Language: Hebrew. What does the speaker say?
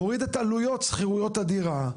נוריד על עלויות שכירויות הדירה,